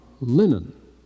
linen